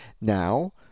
Now